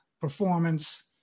performance